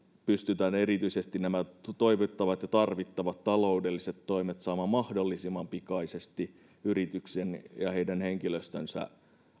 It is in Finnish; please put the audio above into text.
pystytään erityisesti nämä toivottavat ja tarvittavat taloudelliset toimet saamaan mahdollisimman pikaisesti yritysten ja heidän henkilöstönsä